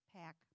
pack